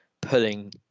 pulling